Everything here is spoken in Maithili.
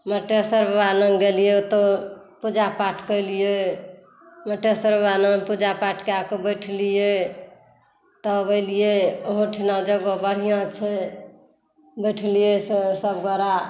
मटेश्वर बाबा लग गेलिए ओतहु पूजा पाठ केलिए मटेश्वर बाबा लग पूजा पाठ कऽ कऽ बैठलिए तब ऐलिए ओहोठुना जगह बढ़िआँ छै बैठलिए सभगोरा